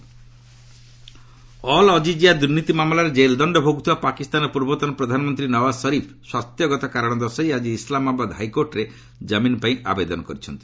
ପାକ୍ ଶରିଫ୍ ଅଲ୍ ଅକିଜିଆ ଦୁର୍ନୀତି ମାମଲାରେ ଜେଲ୍ଦଣ୍ଡ ଭୋଗୁଥିବା ପାକିସ୍ତାନର ପୂର୍ବତନ ପ୍ରଧାନମନ୍ତ୍ରୀ ନୱାଜ୍ ଶରିଫ୍ ସ୍ୱାସ୍ଥ୍ୟଗତ କାରଣ ଦଶାଇ ଆଜି ଇସ୍ଲାମାବାଦ୍ ହାଇକୋର୍ଟରେ ଜାମିନ୍ ପାଇଁ ଆବେଦନ କରିଛନ୍ତି